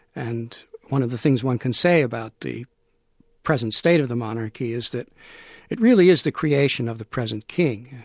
and one of the things one can say about the present state of the monarchy is that it really is the creation of the present king.